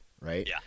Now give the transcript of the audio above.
right